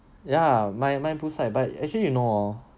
ya mine mine poolside but actually you know hor